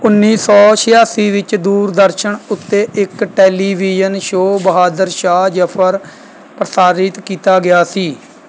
ਉਨੀ ਸੌ ਛਿਆਸੀ ਵਿੱਚ ਦੂਰਦਰਸ਼ਨ ਉੱਤੇ ਇੱਕ ਟੈਲੀਵਿਜ਼ਨ ਸ਼ੋਅ ਬਹਾਦੁਰ ਸ਼ਾਹ ਜ਼ਫ਼ਰ ਪ੍ਰਸਾਰਿਤ ਕੀਤਾ ਗਿਆ ਸੀ